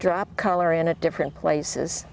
drop color in a different places